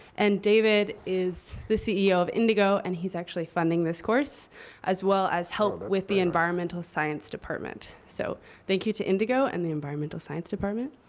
and david is the ceo of indigo. and he's actually funding this course as well as help with the environmental science department. so thank you to indigo and the environmental science department.